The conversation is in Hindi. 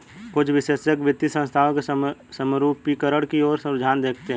कुछ विशेषज्ञ वित्तीय संस्थानों के समरूपीकरण की ओर रुझान देखते हैं